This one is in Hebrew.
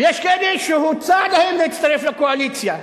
ויש כאלה שהוצע להן להצטרף לקואליציה,